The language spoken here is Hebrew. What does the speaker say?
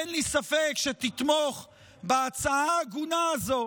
אין לי ספק שתתמוך בהצעה ההגונה הזו,